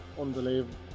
Unbelievable